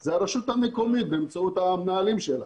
זה הרשות המקומית באמצעות המנהלים שלה.